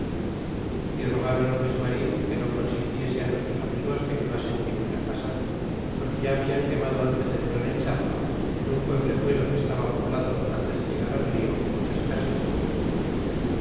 y rogaron a luis merla que no consintiese nuestros amigos que quemasen ninguna casa porque ya hablan quemado ntes de entrar en cbiapa en un pueblezuelo que estaba poblado antes de llegar al rio muchas casas